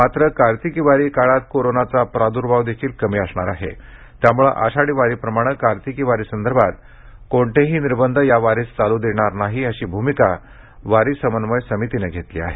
मात्र कार्तिकी वारी काळात कोरोनाचा प्रादुर्भावही कमी असणार आहे त्यामुळे आषाढी वारीप्रमाणे कार्तिकी वारीसंदर्भात कोणतेही निर्बंध या वारीस चालू देणार नाही अशी भूमिका वारी समन्वय समितीनं घेतली आहे